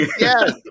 Yes